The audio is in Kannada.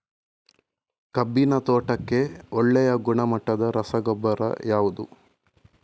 ಕಬ್ಬಿನ ತೋಟಕ್ಕೆ ಒಳ್ಳೆಯ ಗುಣಮಟ್ಟದ ರಸಗೊಬ್ಬರ ಯಾವುದು?